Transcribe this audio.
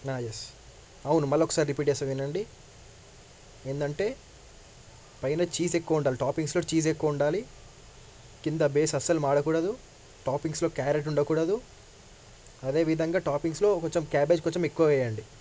yes అవును మళ్ళీ ఒకసారి రిపీట్ చేస్తా వినండి ఏంటంటే పైన చీజ్ ఎక్కువ ఉండాలి టాపింగ్స్లో చీజ్ ఎక్కువ ఉండాలి కింద బేస్ అసలు మాడకూడదు టాపింగ్స్లో క్యారెట్ ఉండకూడదు అదేవిధంగా టాపింగ్స్లో కొంచెం క్యాబేజ్ కొంచెం ఎక్కువ వేయండి